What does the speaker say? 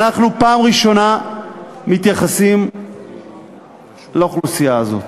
אנחנו מתייחסים בפעם הראשונה לאוכלוסייה הזאת,